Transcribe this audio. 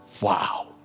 Wow